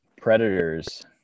predators